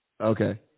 Okay